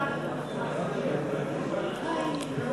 הטרדה מינית (תיקון מס' 8),